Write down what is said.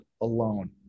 alone